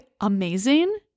amazing